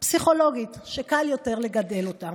פסיכולוגית, שקל יותר לגדל אותה.